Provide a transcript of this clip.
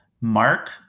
Mark